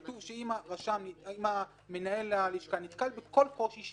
כתוב שאם מנהל הלשכה נתקל בכל קושי שהוא